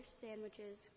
sandwiches